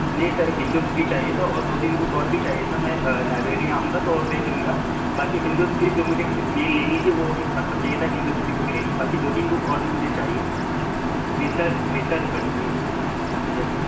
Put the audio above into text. نہیں سر ہندوت کی چاہیے تھا اور دو تین بک اور بھی چاہیے تھا میں لائبریری آؤں گا تو اور دیکھ لوں گا باقی ہندوت کی جو مجھے مین لینی تھی وہ پرپز یہی تھا ہندوت کی بک لینی ہے باقی دو تین بک اور بھی مجھے چاہیے ریسرچ ریسرچ پر چاہیے سر یس سر